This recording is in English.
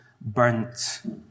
burnt